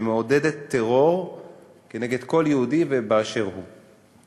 שמעודדת טרור כנגד כל יהודי באשר הוא.